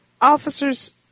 officers